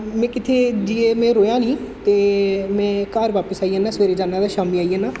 में कि'त्थै जाइयै में रौहेआ निं ते में घर बापस आई जन्नां सवेरै जन्नां ते शामीं आई जन्नां